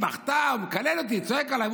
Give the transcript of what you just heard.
היא בכתה: הוא מקלל אותי וצועק עליי,